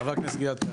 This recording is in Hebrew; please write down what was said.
חבר הכנסת, גלעד קריב.